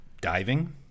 diving